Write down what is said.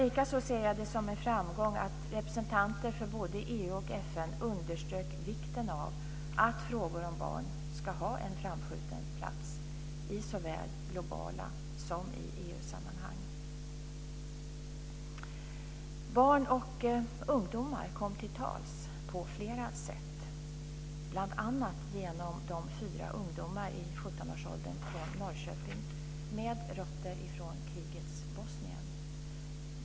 Likaså ser jag det som en framgång att representanter för både EU och FN underströk vikten av att frågor om barn ska ha en framskjuten plats såväl i globala sammanhang som i EU-sammanhang. Barn och ungdomar kom till tals på flera sätt, bl.a. genom fyra ungdomar i sjuttonårsåldern från Norrköping med rötter i krigets Bosnien.